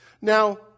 Now